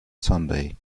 sunday